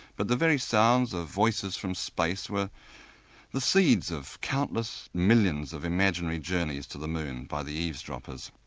but the very sounds of voices from space were the seeds of countless millions of imaginary journeys to the moon by the eavesdroppers.